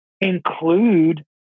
include